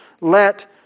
let